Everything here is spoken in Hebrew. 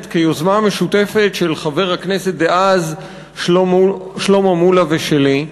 כיוזמה משותפת של חבר הכנסת דאז שלמה מולה ושלי.